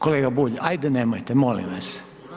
Kolega Bulj, ajde nemojte molim vas.